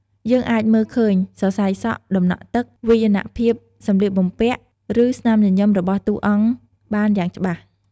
យើងអាចមើលឃើញ សរសៃសក់ ដំណក់ទឹក វាយនភាពសម្លៀកបំពាក់ ឬស្នាមញញឹមរបស់តួអង្គបានយ៉ាងច្បាស់ ។